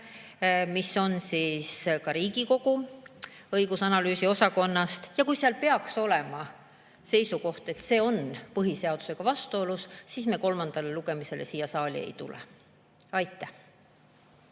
arvamuse Riigikogu õigus‑ ja analüüsiosakonnast ja kui seal peaks olema seisukoht, et see on põhiseadusega vastuolus, siis me sellega kolmandale lugemisele siia saali ei tule. Suur